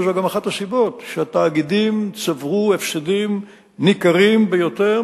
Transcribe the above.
וזו גם אחת הסיבות לכך שהתאגידים צברו הפסדים ניכרים ביותר,